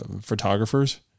photographers